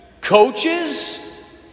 coaches